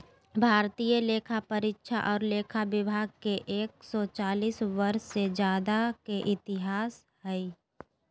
भारतीय लेखापरीक्षा और लेखा विभाग के एक सौ चालीस वर्ष से ज्यादा के इतिहास हइ